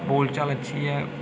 बोलचाल अच्छी ऐ